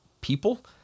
people